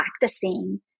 practicing